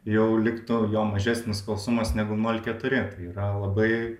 jau liktų jo mažesnis skalsumas negu nol keturi tai yra labai